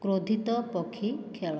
କ୍ରୋଧିତ ପକ୍ଷୀ ଖେଳ